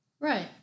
Right